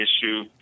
issue